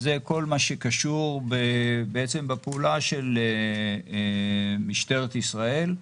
זה כל מה שקשור בפעולה של משטרת ישראל,